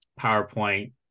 PowerPoint